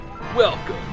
Welcome